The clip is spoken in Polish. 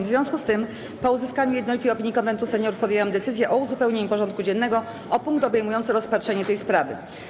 W związku z tym, po uzyskaniu jednolitej opinii Konwentu Seniorów, podjęłam decyzję o uzupełnieniu porządku dziennego o punkt obejmujący rozpatrzenie tej sprawy.